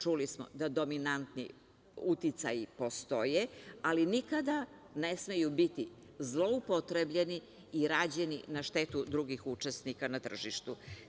Čuli smo da dominantni uticaji postoje, ali nikada ne smeju biti zloupotrebljeni i rađeni na štetu drugih učesnika na tržištu.